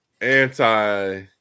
anti